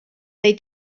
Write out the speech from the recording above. they